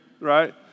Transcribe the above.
right